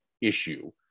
issue